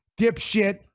dipshit